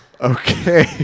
Okay